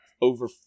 over